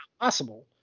possible